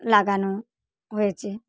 লাগানো হয়েছে